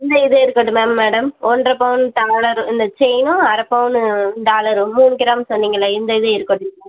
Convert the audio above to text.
இந்த இதே இருக்கட்டும் மேம் மேடம் ஒன்றரை பவுன் டாலர் இந்த செயினும் அரை பவுன் டாலரும் மூணு கிராம் சொன்னீங்கள்ல இந்த இதே இருக்கட்டும் மேம்